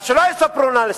אז שלא יספרו לנו סיפורים.